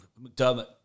McDermott